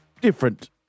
different